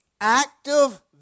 active